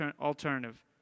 alternative